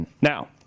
Now